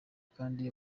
kandi